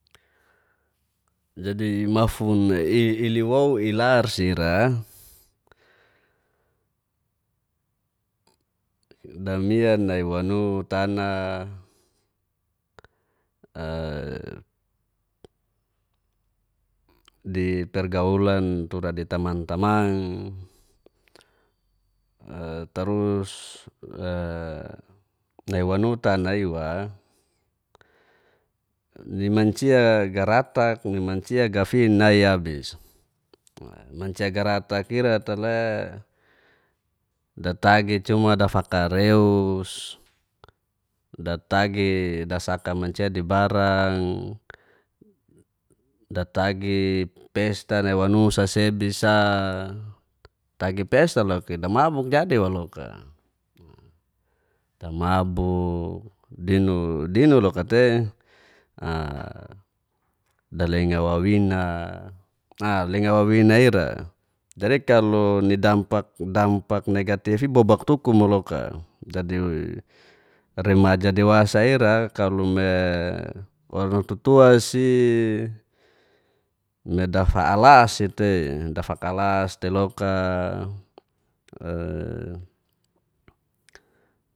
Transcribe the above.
Jadi ma'fun ili-iliwou ilarsi ira, danmian nai wanu tana di pergaulan tura ditaman-tamang tarus nai wanuta nai wa limancia garatak nimancia gafin nai abis, mancia garatak ira te le datagi cuma dafakareus datagi dasaka mancia dibarang datagi pesta nai wanusa sebi sa tagi pesta loka dia mabuk jadi wa loka, tamabuk dinu-dinu loka te dalenga wawina, lenga wawina ira jadi kalu nidampak-dampak negatif'i bobak tuku mo loka, jadi remaja dewasa ira kalu'e orang tutuasi nedafa alasi te dafakalas te loka.